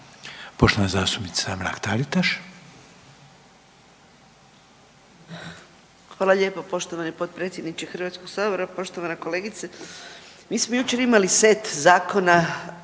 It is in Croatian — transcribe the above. **Mrak-Taritaš, Anka (GLAS)** Hvala lijepo poštovani potpredsjedniče Hrvatskog sabora, poštovana kolegice. Mi smo jučer imali set zakona